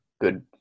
Good